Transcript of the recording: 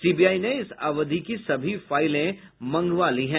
CBI ने इस अवधि की सभी फाइले मंगवा ली है